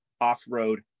off-road